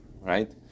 right